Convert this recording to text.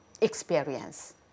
experience